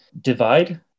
divide